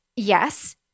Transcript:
Yes